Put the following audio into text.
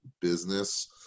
business